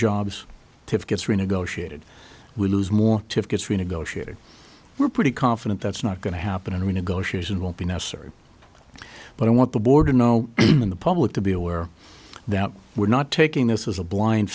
to get renegotiated we lose more tickets renegotiated we're pretty confident that's not going to happen and renegotiation will be necessary but i want the board know in the public to be aware that we're not taking this as a blind